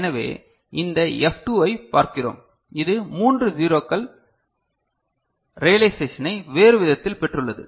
எனவே இந்த எஃப் 2 ஐப் பார்க்கிறோம் இது மூன்று 0 கள் ரியளைசெஷனை வேறு விதத்தில் பெற்றுள்ளது